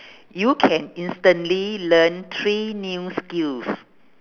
you can instantly learn three new skills